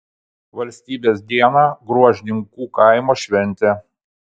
valstybės dieną gruožninkų kaimo šventė